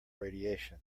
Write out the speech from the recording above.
radiation